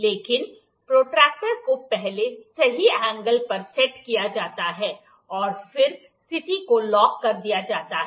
लेकिन प्रोट्रैक्टर को पहले सही एंगल पर सेट किया जाता है और फिर स्थिति को लॉक कर दिया जाता है